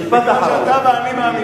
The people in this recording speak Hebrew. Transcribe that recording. היות שאתה ואני מאמינים,